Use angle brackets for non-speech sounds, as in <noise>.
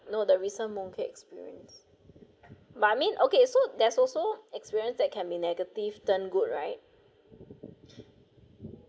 no the recent mooncakes experience but I mean okay so there's also experience that can be negative turn good right <breath>